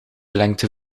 lengte